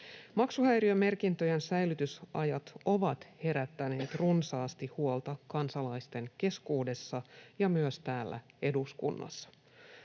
Maksuhäiriömerkintöjen säilytysajat ovat herättäneet runsaasti huolta kansalaisten keskuudessa ja myös täällä eduskunnassa.